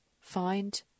Find